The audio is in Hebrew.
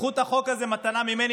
קחו את החוק הזה מתנה ממני,